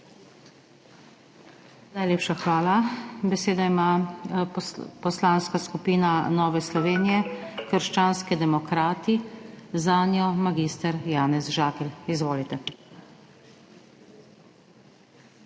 Najlepša hvala. Besedo ima Poslanska skupina Nove Slovenije – krščanski demokrati, zanjo mag. Janez Žakelj. Izvolite.